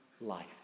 life